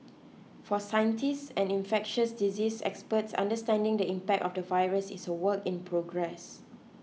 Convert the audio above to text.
for scientists and infectious diseases experts understanding the impact of the virus is a work in progress